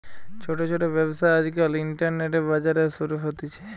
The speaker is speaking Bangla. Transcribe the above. ছোট ছোট ব্যবসা আজকাল ইন্টারনেটে, বাজারে শুরু হতিছে